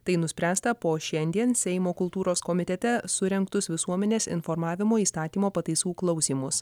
tai nuspręsta po šiandien seimo kultūros komitete surengtus visuomenės informavimo įstatymo pataisų klausymus